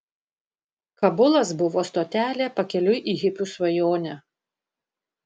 kabulas buvo stotelė pakeliui į hipių svajonę